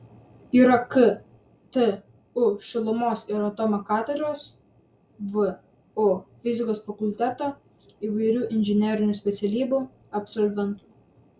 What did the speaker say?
yra ktu šilumos ir atomo katedros vu fizikos fakulteto įvairių inžinerinių specialybių absolventų